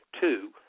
two